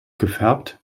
gefärbt